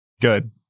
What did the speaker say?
Good